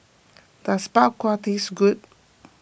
does Bak Kwa tastes good